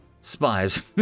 spies